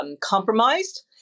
compromised